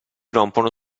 rompono